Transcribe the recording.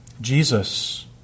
Jesus